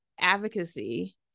Advocacy